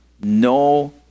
no